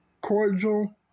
cordial